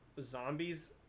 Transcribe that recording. zombies